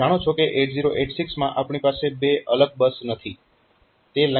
તમે જાણો છો કે 8086 માં આપણી પાસે બે અલગ બસ નથી